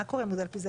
מה קורה עם מגדל פיזה?